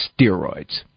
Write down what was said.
steroids